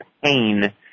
pain